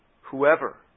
whoever